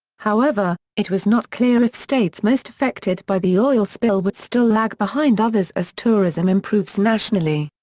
however, it was not clear if states most affected by the oil spill would still lag behind others as tourism improves nationally.